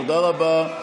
תודה רבה.